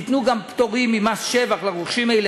ניתנו גם פטורים ממס שבח לרוכשים אלה